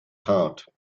heart